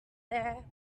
there